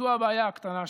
זו הבעיה הקטנה שלנו.